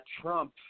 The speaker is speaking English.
Trump